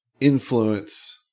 influence